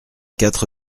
quatre